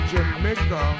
Jamaica